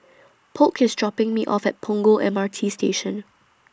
Polk IS dropping Me off At Punggol M R T Station